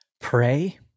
pray